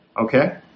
Okay